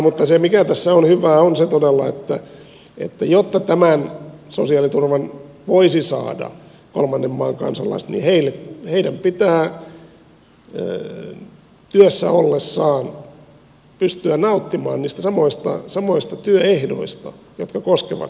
mutta se mikä tässä on hyvää on se todella että jotta tämän sosiaaliturvan voisivat saada kolmannen maan kansalaiset niin heidän pitää työssä ollessaan pystyä nauttimaan niistä samoista työehdoista jotka koskevat suomalaisia